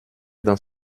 dans